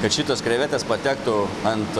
kad šitos krevetės patektų ant